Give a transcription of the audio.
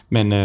Men